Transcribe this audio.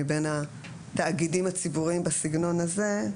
מבין התאגידים הציבוריים בסגנון הזה,